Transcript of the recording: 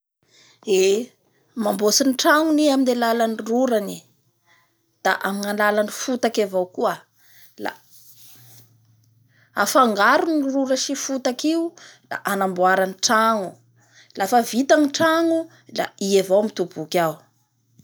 Eee! Mambotsry ny tranony i amin'ny alalan'ny rorany da amin'ny alalan'ny fotaky avao koa la afangarony io rora sy fotaky io da anamboarany tragno lafa vita ny tragno la i avao ro mitoboky ao!